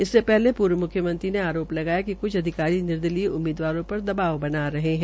इनसे पहले पूर्व मुख्यमंत्री ने आरोप लगाया कि कुछ अधिकारी निर्दलीय उममीदवारों पर दवाब बना रहे है